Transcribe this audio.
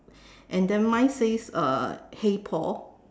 and then mine says uh hey Paul